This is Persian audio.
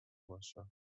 باشم